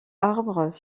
arbres